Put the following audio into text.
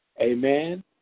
Amen